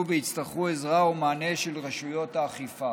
ויצטרכו עזרה או מענה של רשויות האכיפה.